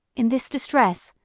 in this distress,